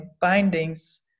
bindings